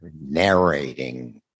narrating